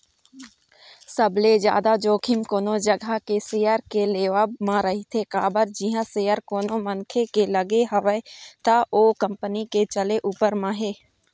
सबले जादा जोखिम कोनो जघा के सेयर के लेवब म रहिथे काबर जिहाँ सेयर कोनो मनखे के लगे हवय त ओ कंपनी के चले ऊपर म हे